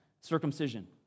circumcision